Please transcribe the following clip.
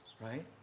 right